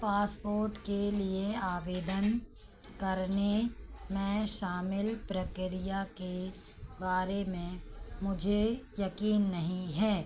passport के लिए आवेदन करने मैं शामिल प्रक्रिया के बारे में मुझे यक़ीन नहीं है